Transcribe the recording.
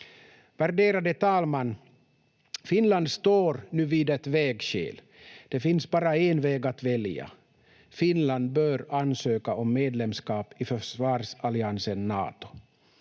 Värderade talman! Finland står nu vid ett vägskäl. Det finns bara en väg att välja: Finland bör ansöka om medlemskap i försvarsalliansen Nato.